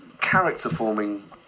character-forming